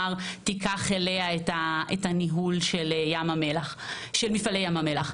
תיקח אליה את הניהול של מפעלי ים המלח.